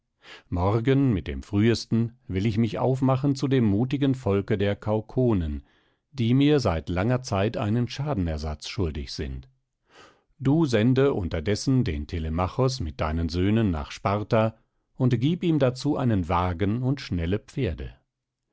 morgen mit dem frühesten will ich mich aufmachen zu dem mutigen volke der kaukonen die mir seit langer zeit einen schadenersatz schuldig sind du sende unterdessen den telemachos mit deinen söhnen nach sparta und gieb ihm dazu einen wagen und schnelle pferde